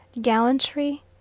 Gallantry